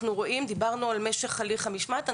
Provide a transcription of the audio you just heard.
דיברנו על משך הליך המשמעת.